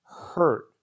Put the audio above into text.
hurt